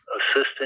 assistant